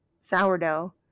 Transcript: sourdough